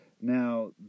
Now